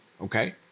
Okay